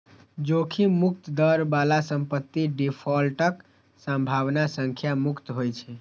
जोखिम मुक्त दर बला संपत्ति डिफॉल्टक संभावना सं मुक्त होइ छै